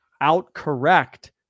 out-correct